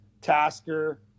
Tasker